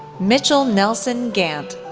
mitchell nelson gant,